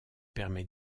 permet